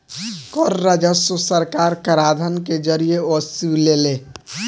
कर राजस्व सरकार कराधान के जरिए वसुलेले